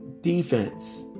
defense